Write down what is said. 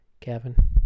Kevin